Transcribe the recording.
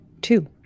two